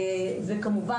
כמובן,